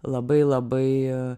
labai labai